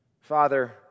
Father